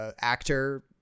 actor